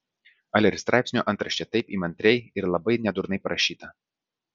ale ir straipsnio antraštė taip įmantriai ir labai nedurnai parašyta